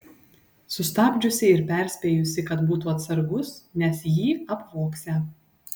sustabdžiusi ir perspėjusi kad būtų atsargus nes jį apvogsią